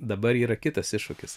dabar yra kitas iššūkis